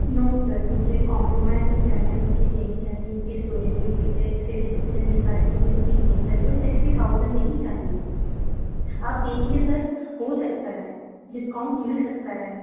no sir मुझे compromise नहीं करना है मुझे यही चाहिए इसकी इस्टोरेज भी ठीक है इस्पेसिफिकेसन ये सारी चीज़ें मुझे यही चाहिए और सिक्स्टी थाउज़ेन्ड में ही चाहिए आप देखिए सर हो सकता है डिस्काउंट मिल सकता है